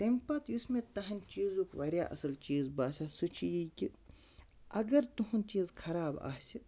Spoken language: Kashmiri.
تَمہِ پَتہٕ یُس مےٚ تَہنٛدِ چیٖزُک واریاہ اَصٕل چیٖز باسیٛو سُہ چھِ یہِ کہِ اگر تُہُنٛد چیٖز خراب آسہِ